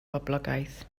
boblogaidd